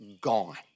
gone